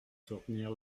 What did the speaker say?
soutenir